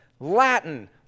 Latin